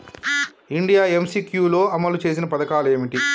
India MCQ లో అమలు చేసిన పథకాలు ఏమిటి?